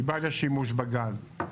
היא בעד השימוש בגז.